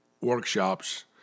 workshops